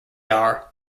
are